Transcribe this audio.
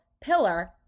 pillar